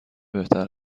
بهتر